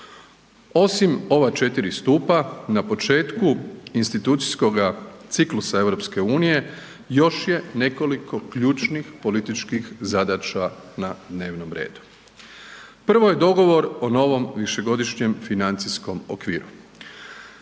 Osim ova 4 stupa, na početku institucijskoga ciklusa EU još je nekoliko ključnih političkih zadaća na dnevnom redu. Prvo je dogovor o novom višegodišnjem financijskom okviru.